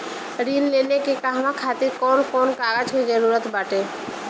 ऋण लेने के कहवा खातिर कौन कोन कागज के जररूत बाटे?